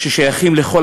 ששייכים לכל